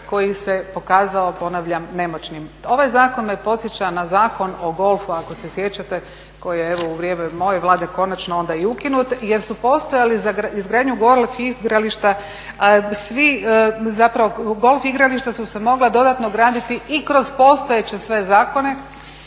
koji se pokazao, ponavljam nemoćnim. Ovaj zakon me podsjeća na Zakon o golfu ako se sjećate koji je evo u vrijeme moje Vlade konačno onda i ukinut jer su postojali za izgradnju golf igrališta svi, zapravo golf igrališta su se mogla dodatno graditi i kroz postojeće sve zakone